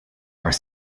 are